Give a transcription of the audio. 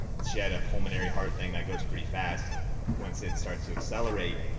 she had a pulmonary heart thing that goes pretty fast once it starts to accelerate.